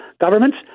governments